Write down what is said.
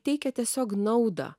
teikia tiesiog naudą